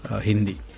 Hindi